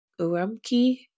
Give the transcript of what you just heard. Urumqi